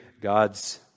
God's